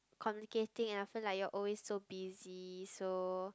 communicating and often like you are always so busy so